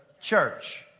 church